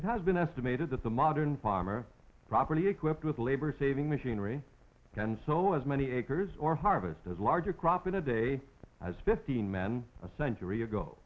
it has been estimated that the modern palmer properly equipped with a labor saving machinery can sew as many acres or harvest as large a crop in a day as fifteen men a century ago